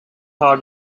part